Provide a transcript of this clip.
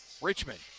Richmond